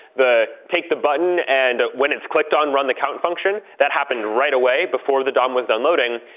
the take the button and when it's clicked on run the count function, that happened right away before the dom was done loading.